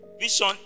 Vision